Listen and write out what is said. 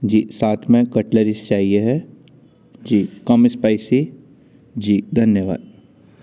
साथ में कट्लरीज जी कम स्पाइसी जी धन्यवाद